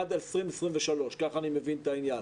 עד 2023. ככה אני מבין את העניין.